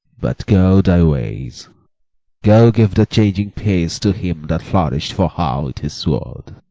but go thy ways go, give that changing piece to him that flourish'd for her with his sword.